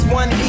one